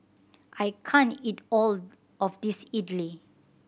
I can't eat all of this Idili